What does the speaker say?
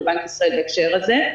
לבנק ישראל בהקשר הזה.